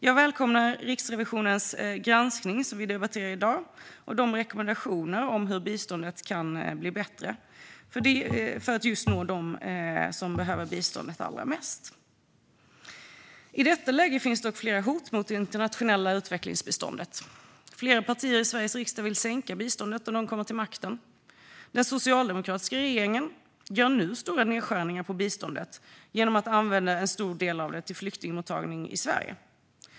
Jag välkomnar Riksrevisionens granskning, som vi debatterar i dag, och dess rekommendationer om hur biståndet kan bli bättre för att just nå dem som behöver det allra mest. I detta läge finns dock flera hot mot det internationella utvecklingsbiståndet. Flera partier i Sveriges riksdag vill sänka biståndet om de kommer till makten. Den socialdemokratiska regeringen gör nu stora nedskärningar på biståndet genom att använda en stor del av det till flyktingmottagning i Sverige.